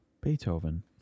Beethoven